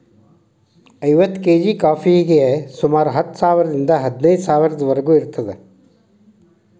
ಐವತ್ತು ಕೇಜಿ ಕಾಫಿಗೆ ಸುಮಾರು ಹತ್ತು ಸಾವಿರದಿಂದ ಹದಿನೈದು ಸಾವಿರದವರಿಗೂ ಇರುತ್ತದೆ